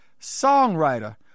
songwriter